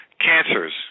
cancers